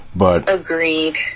Agreed